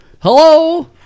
Hello